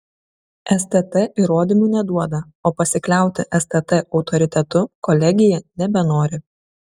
stt įrodymų neduoda o pasikliauti stt autoritetu kolegija nebenori